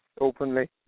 openly